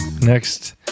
next